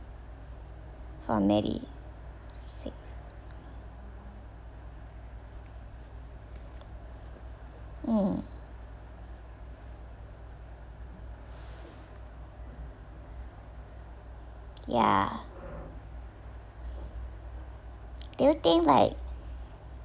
from medisave hmm ya do you think like